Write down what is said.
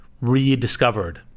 rediscovered